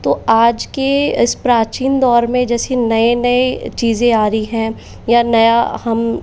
तो आज के इस प्राचीन दौर में जैसी नए नए चीज़ें आ रही हैं या नया हम